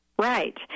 Right